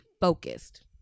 focused